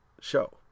show